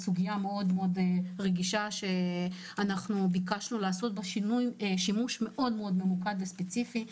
סוגיה מאוד רגישה שביקשנו לעשות בה שימוש מאוד ממוקד וספציפי.